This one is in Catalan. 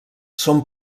són